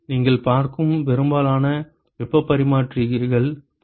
நீங்கள் பார்க்கும் பெரும்பாலான வெப்பப் பரிமாற்றிகள் அந்த கட்டமைப்பில் இருக்கும்